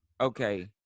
okay